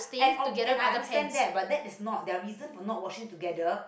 and ob~ and I understand that but that is not the reason to not washing together